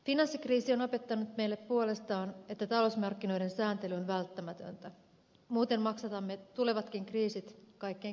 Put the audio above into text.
finanssikriisi on opettanut meille puolestaan että talousmarkkinoiden sääntely on välttämätöntä muuten maksatamme tulevatkin kriisit kaikkein köyhimmillä